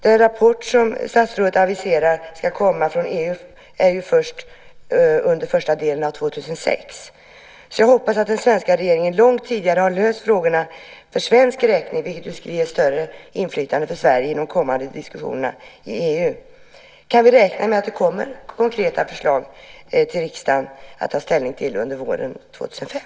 Den rapport som statsrådet aviserar ska komma från EU kommer först under första delen av år 2006, så jag hoppas att den svenska regeringen långt tidigare har löst frågorna för svensk räkning. Det skulle ge ett större inflytande för Sverige i de kommande diskussionerna i EU. Kan vi alltså räkna med att det kommer konkreta förslag till riksdagen som vi kan ta ställning till under våren 2005?